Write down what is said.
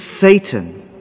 Satan